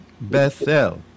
Bethel